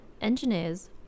engineers